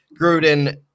Gruden